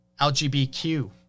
LGBTQ